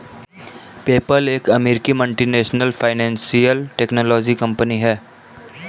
PayPal एक अमेरिकी multinational financial technology company है